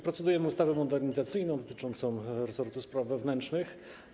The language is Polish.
Procedujemy nad ustawą modernizacyjną dotyczącą resortu spraw wewnętrznych.